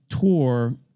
tour